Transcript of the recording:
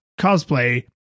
cosplay